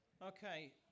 Okay